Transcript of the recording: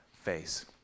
face